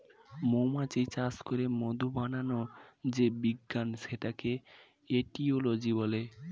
মৌমাছি চাষ করে মধু বানানোর যে বিজ্ঞান সেটাকে এটিওলজি বলে